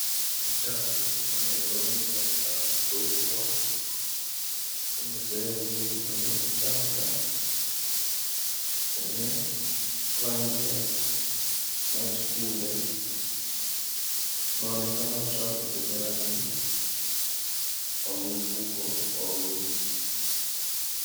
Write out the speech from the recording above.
Uchafu wa nailoni unaonekana kutupwa kwenye sehemu hiyo yenye mchanga yenye rangi ya maji kunde. Kunaonekana uchafu zenye rangi wa mifuko kwa wingi.